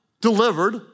delivered